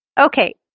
Okay